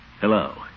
Hello